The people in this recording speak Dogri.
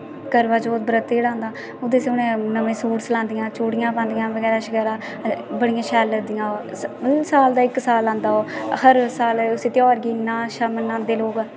करवा चौथ बर्त जेह्ड़ा आंदा ओह्दे च उ'नें नमें सूट सलांदियां चुड़ियां पांदिया बगैरा शगैरा बड़ियां शैल लगदियां ओह् मतलब साल दा इक साल आंदा ओह् हर साल उसी त्यहार गी मनाना इन्ना अच्छा मनांदे लोक